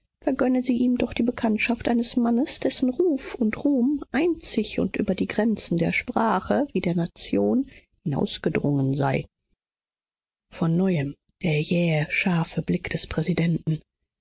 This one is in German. vergönne sie ihm doch die bekanntschaft eines mannes dessen ruf und ruhm einzig und über die grenzen der sprache wie der nation hinausgedrungen sei von neuem der jähe scharfe blick des präsidenten